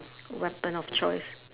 weapon of choice